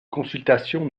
consultation